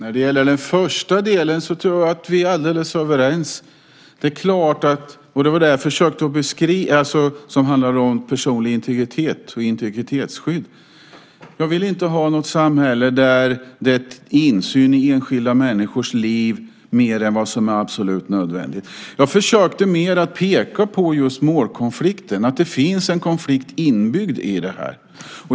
Herr talman! När det gäller det första som togs upp, alltså det som handlade om personlig integritet och integritetsskydd, tror jag att vi är alldeles överens. Jag vill inte ha ett samhälle som tillåter insyn i enskilda människors liv mer än det som är absolut nödvändigt. Jag försökte närmast peka på målkonflikten, att det finns en konflikt inbyggd i detta.